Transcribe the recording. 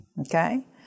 Okay